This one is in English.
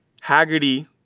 Haggerty